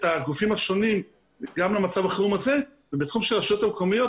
הגופים השונים גם למצב החירום הזה ובתחום של הרשויות המקומיות,